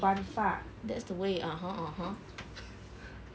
that's the way (uh huh) (uh huh)